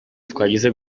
twagize